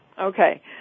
Okay